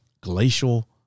glacial